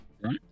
Right